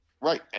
Right